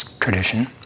tradition